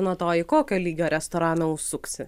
nuo to į kokio lygio restoraną užsuksi